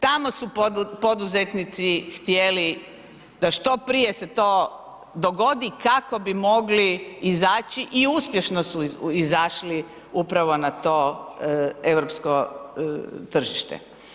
Tamo su poduzetnici htjeli da što prije se to dogodi kako bi mogli izaći i uspješno su izašli upravo na to europsko tržište.